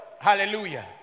Hallelujah